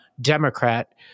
Democrat